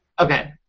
Okay